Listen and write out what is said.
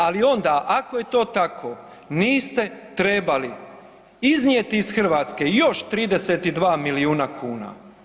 Ali onda ako je to tako, niste trebali iznijeti iz Hrvatske još 32 milijuna kuna.